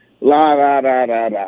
la-da-da-da-da